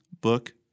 book